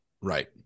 Right